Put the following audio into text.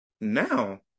now